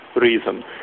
reason